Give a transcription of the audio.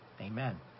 Amen